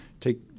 take